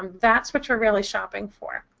um that's what you're really shopping for.